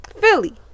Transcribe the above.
Philly